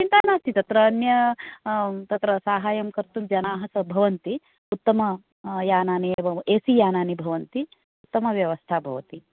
चिन्ता नास्ति तत्र अन्यः तत्र साहाय्यं कर्तुं जनाः भवन्ति उत्तम यानानि एव एसी यानानि भवन्ति उत्तमव्यवस्था भवति